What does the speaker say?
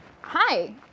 Hi